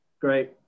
Great